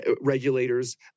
regulators